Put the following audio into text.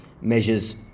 measures